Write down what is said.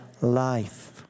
life